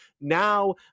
now